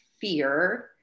fear